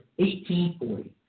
1840